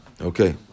Okay